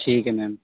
ਠੀਕ ਹੈ ਮੈਮ